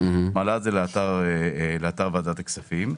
מעלה את זה לאתר ועדת הכספים.